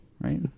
right